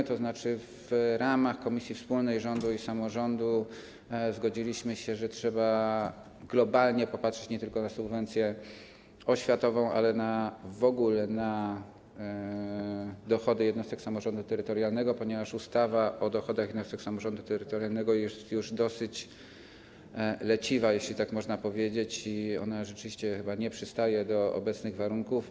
W trakcie prac w ramach Komisji Wspólnej Rządu i Samorządu Terytorialnego zgodziliśmy się, że trzeba globalnie popatrzeć nie tylko na subwencję oświatową, ale i w ogóle na dochody jednostek samorządu terytorialnego, ponieważ ustawa o dochodach jednostek samorządu terytorialnego jest już dosyć leciwa, jeśli tak można powiedzieć, i rzeczywiście chyba nie przystaje do obecnych warunków.